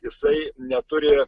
jisai neturi